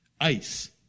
ice